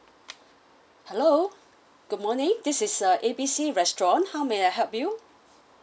hello good morning this is uh A B C restaurant how may I help you